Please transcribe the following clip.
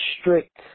strict